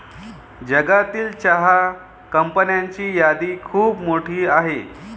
जगातील चहा कंपन्यांची यादी खूप मोठी आहे